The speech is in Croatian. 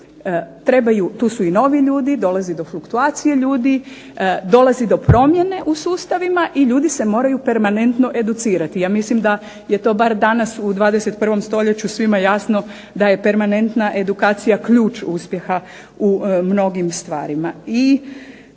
tu su i novi ljudi, dolazi do fluktuacije ljudi, dolazi do promjene u sustavima i ljudi se moraju permanentno educirati. Ja mislim da je to bar danas u 21. stoljeću svima jasno da je permanentna edukacija ključ uspjeha u mnogim stvarima.